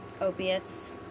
opiates